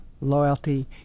loyalty